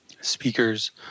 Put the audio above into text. Speakers